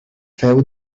féu